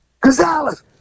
Gonzalez